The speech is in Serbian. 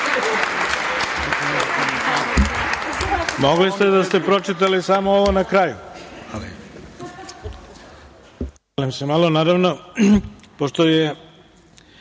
Mogli ste, da ste pročitali samo ovo na kraju. Šalim